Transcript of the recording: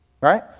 Right